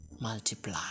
multiply